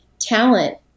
talent